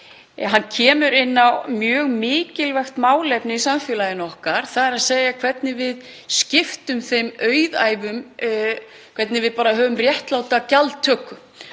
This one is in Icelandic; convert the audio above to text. hann kemur inn á mjög mikilvægt málefni í samfélagi okkar, þ.e. hvernig við skiptum þessum auðæfum og hvernig við höfum réttláta gjaldtöku.